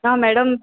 ना मॅडम